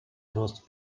рост